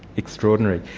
extraordinary.